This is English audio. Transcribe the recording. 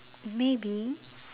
maybe